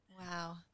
Wow